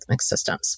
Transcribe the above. systems